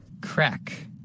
Crack